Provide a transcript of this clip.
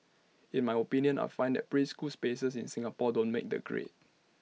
in my opinion I find that preschool spaces in Singapore don't make the grade